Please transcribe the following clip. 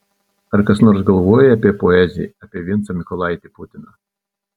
ar kas nors galvoja apie poeziją apie vincą mykolaitį putiną